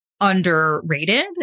underrated